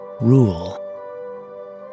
rule